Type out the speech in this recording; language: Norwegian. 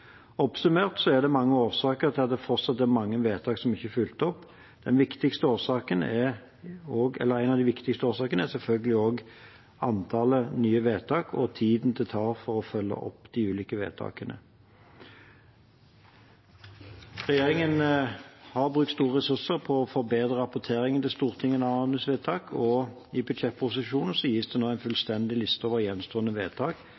er det mange årsaker til at det fortsatt er mange vedtak som ikke er fulgt opp, og en av de viktigste årsakene er selvfølgelig antallet nye vedtak og tiden det tar for å følge opp de ulike vedtakene. Regjeringen har brukt store ressurser på å forbedre rapporteringen til Stortinget når det gjelder anmodningsvedtak, og i budsjettproposisjonen gis det nå en fullstendig liste over gjenstående vedtak,